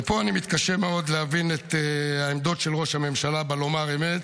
ופה אני מתקשה מאוד להבין את העמדות של ראש הממשלה בלומר אמת.